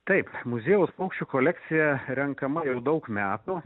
taip muziejaus paukščių kolekcija renkama jau daug metų